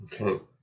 Okay